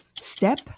step